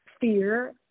fear